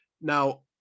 Now